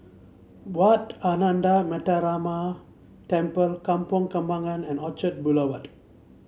Wat Ananda Metyarama Temple Kampong Kembangan and Orchard Boulevard